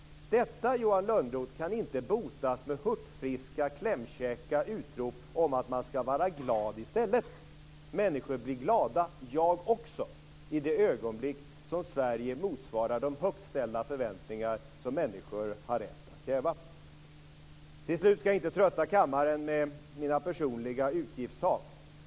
Detta, Johan Lönnroth, kan inte botas med hurtfriska, klämkäcka utrop om att man ska vara glad i stället. Människor blir glada, jag också, i det ögonblick Sverige motsvarar de högt ställda förväntningar som människor har rätt att ha. Jag ska inte trötta kammaren med mina personliga utgiftstak.